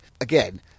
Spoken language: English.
Again